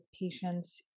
patients